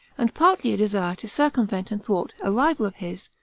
and partly a desire to circumvent and thwart a rival of his,